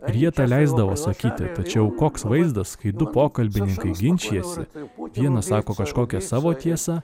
ar jie leisdavo sakyti tačiau koks vaizdas kai du pokalbininkai ginčijasi vienas sako kažkokią savo tiesą